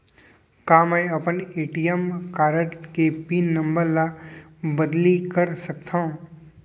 का मैं अपन ए.टी.एम कारड के पिन नम्बर ल बदली कर सकथव?